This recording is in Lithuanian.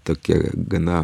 tokie gana